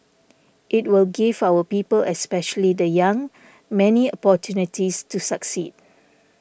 it will give our people especially the young many opportunities to succeed